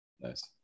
Nice